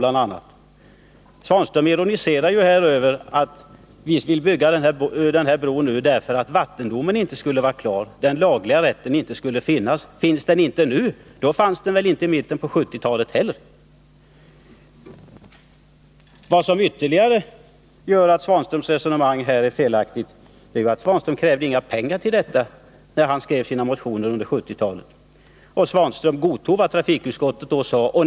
Ivan Svanströrn ironiserar över att vi vill bygga denna bro nu, därför att vattendomen inte skulle vara klar och att den lagliga rätten således inte skulle finnas. Finns den inte nu, fanns den väl inte heller i mitten 135 Vad som ytterligare gör att Ivan Svanströms resonemang är felaktigt är att han inte krävde några pengar till projektet när han skrev sina motioner under 1970-talet. Ivan Svanström godtog vad trafikutskottet då sade.